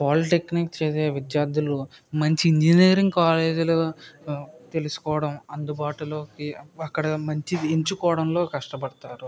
polytechnic చేసే విద్యార్థులు మంచి ఇంజనీరింగ్ కాలేజ్లు తెలుసుకోవడం అందుబాటులోకి అక్కడ మంచిది ఎంచుకోవడంలో కష్టపడతారు